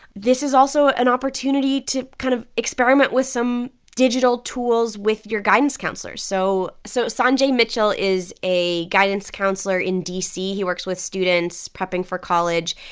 this is also an opportunity to kind of experiment with some digital tools with your guidance counselor so so sanjay mitchell is a guidance counselor in d c. he works with students prepping for college,